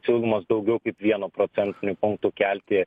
siūlomas daugiau kaip vienu procentiniu punktu kelti